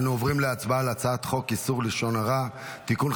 אנו עוברים להצבעה על הצעת חוק איסור לשון הרע (תיקון,